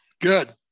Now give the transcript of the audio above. good